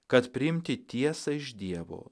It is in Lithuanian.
kad priimti tiesą iš dievo